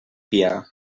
fiar